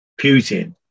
Putin